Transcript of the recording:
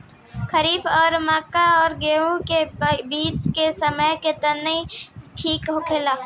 खरीफ और मक्का और गेंहू के बीच के समय खेती ठीक होला?